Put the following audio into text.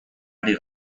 ari